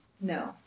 No